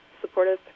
supportive